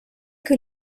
que